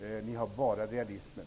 Ni har bara realismen.